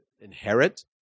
inherit